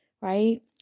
right